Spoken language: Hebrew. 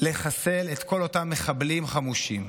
לחסל את כל אותם מחבלים חמושים,